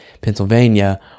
Pennsylvania